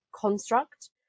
construct